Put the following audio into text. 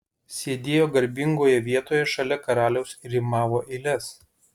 sėdėjo garbingoje vietoj šalia karaliaus ir rimavo eiles